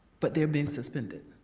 but they're being suspended.